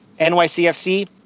NYCFC